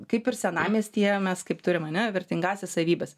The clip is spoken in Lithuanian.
kaip ir senamiestyje mes kaip turim ane vertingąsias savybes